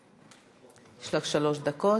יש לך שלוש דקות,